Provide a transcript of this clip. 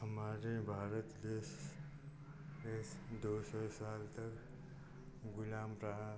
हमारे भारत देश देश दो सौ साल तक गुलाम रहा